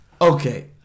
Okay